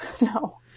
No